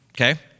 Okay